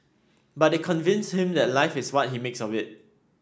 but they convinced him that life is what he makes of it